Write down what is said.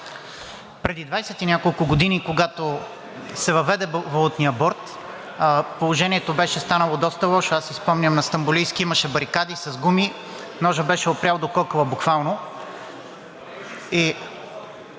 преди 20 и няколко години се въведе Валутният борд, положението беше станало доста лошо. Аз си спомням, на „Стамболийски“ имаше барикади с гуми, ножът беше опрял до кокала буквално.